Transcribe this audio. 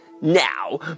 Now